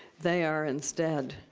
they are, instead,